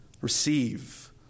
Receive